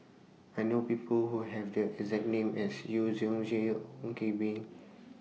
I know People Who Have The exact name as Yu Zhu Ong Koh Bee